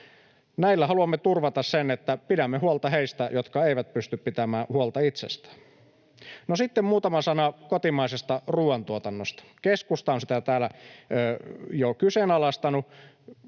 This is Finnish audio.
Näillä haluamme turvata sen, että pidämme huolta heistä, jotka eivät pysty pitämään huolta itsestään. No sitten muutama sana kotimaisesta ruoantuotannosta. Keskusta on sitä täällä jo kyseenalaistanut.